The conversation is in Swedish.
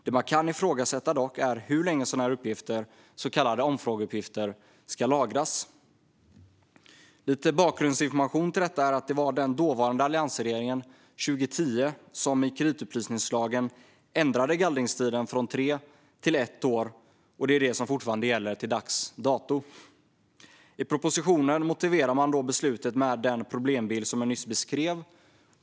Det man dock kan ifrågasätta är hur länge sådana här uppgifter, så kallade omfrågeuppgifter, ska lagras. Lite bakgrundsinformation till detta är att det var den dåvarande alliansregeringen 2010 som i kreditupplysningslagen ändrade gallringstiden från tre till ett år, och det är det som fortfarande gäller till dags dato. I propositionen motiverade man då beslutet med den problembild som jag nyss beskrev.